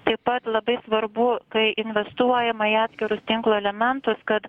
taip pat labai svarbu kai investuojama į atskirus tinklo elementus kad